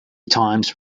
times